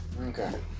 Okay